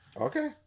Okay